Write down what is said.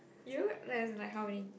you like as in like how many